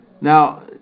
Now